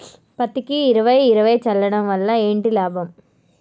పత్తికి ఇరవై ఇరవై చల్లడం వల్ల ఏంటి లాభం?